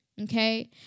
Okay